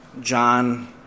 John